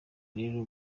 rero